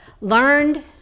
learned